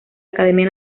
academia